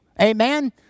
Amen